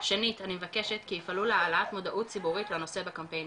שנית אני מבקשת כי יפעלו להעלאת מודעות ציבורית בנושא בקמפיינים,